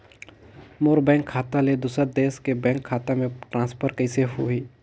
मोर bank खाता ले दुसर देश के बैंक खाता मे ट्रांसफर कइसे होही?